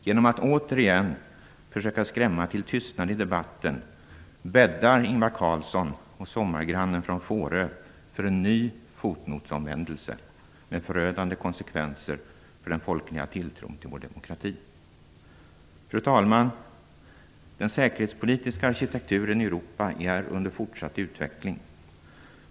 Genom att återigen försöka skrämma till tystnad i debatten bäddar Ingvar Carlsson och sommargrannen från Fårö för en ny fotnotsomvändelse med förödande konsekvenser för den folkliga tilltron till vår demokrati. Fru talman! Den säkerhetspolitiska arkitekturen i Europa är under fortsatt utveckling.